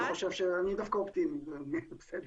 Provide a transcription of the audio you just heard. ואני רואה נכונות שלהם להיפגש ולהתחיל לעבוד על זה ואולי זה ייצא טוב.